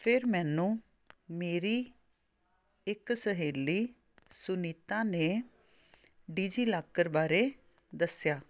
ਫਿਰ ਮੈਨੂੰ ਮੇਰੀ ਇੱਕ ਸਹੇਲੀ ਸੁਨੀਤਾ ਨੇ ਡਿਜੀਲਾਕਰ ਬਾਰੇ ਦੱਸਿਆ